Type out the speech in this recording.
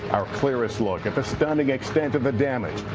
our clearest look at the stunning extent of the damage.